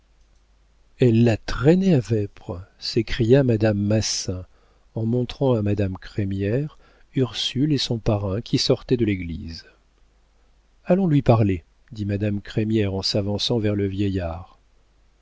elle l'a traîné à vêpres s'écria madame massin en montrant à madame crémière ursule et son parrain qui sortaient de l'église allons lui parler dit madame crémière en s'avançant vers le vieillard